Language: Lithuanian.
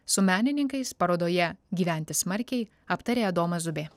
su menininkais parodoje gyventi smarkiai aptarė adomas zubė